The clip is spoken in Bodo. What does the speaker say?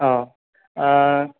औ